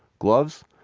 gloves?